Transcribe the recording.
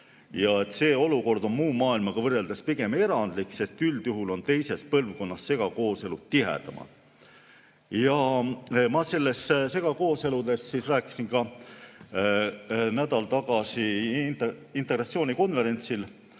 see olukord on muu maailmaga võrreldes pigem erandlik, sest üldjuhul on teises põlvkonnas segakooselusid rohkem. Segakooseludest ma rääkisin nädal tagasi ka integratsioonikonverentsil.